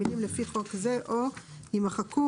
המילים "לפי חוק זה או" - 22כאיימחקו.